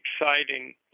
exciting